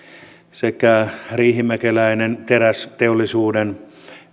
sekä riihimäkeläinen terästeollisuuden